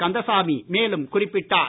கந்தசாமி மேலும் குறிப்பிட்டார்